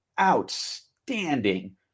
outstanding